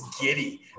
giddy